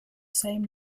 same